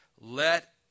Let